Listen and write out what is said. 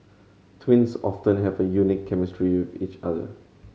twins often have a unique chemistry with each other